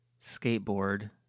skateboard